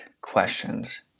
questions